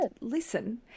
listen